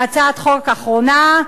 והצעת חוק אחרונה,